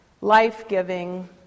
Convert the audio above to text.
life-giving